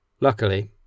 Luckily